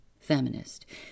feminist